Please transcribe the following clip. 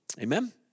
Amen